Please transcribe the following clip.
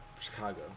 Chicago